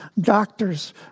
doctors